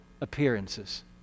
appearances